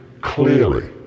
clearly